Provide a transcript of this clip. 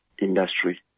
industry